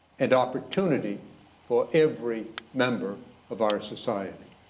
and opportunity for every member of our society.